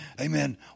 Amen